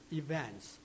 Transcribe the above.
events